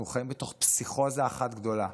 אנחנו חיים בתוך פסיכוזה אחת גדולה.